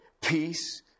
peace